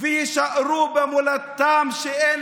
שטרם